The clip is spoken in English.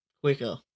quicker